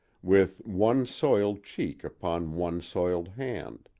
with one soiled cheek upon one soiled hand,